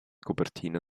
copertina